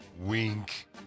wink